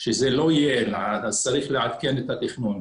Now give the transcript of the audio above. שזה לא יהיה אלעד, אז צריך לעדכן את התכנון.